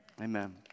Amen